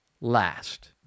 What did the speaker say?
last